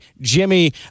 Jimmy